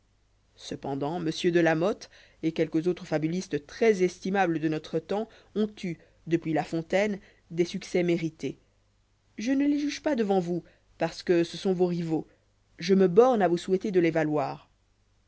cependant m de la motte et quelques autres fabulistes très estimables de notre temps ont eu depuis la fontaine des succès mérités je ne les juge pas devant vous parce que ce sont vos rivaux je me borne à vous souhaiter de les valoir